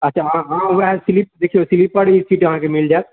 अच्छा अहाँ ओकरा देखियौ स्लीपर भी सीट अहाँकेँ मिल जाएत